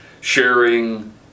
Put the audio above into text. Sharing